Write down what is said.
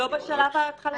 לא בשלב ההתחלתי.